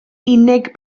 unig